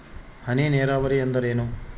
ಹನಿ ನೇರಾವರಿ ಎಂದರೇನು?